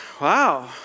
wow